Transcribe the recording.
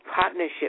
partnership